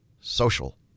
social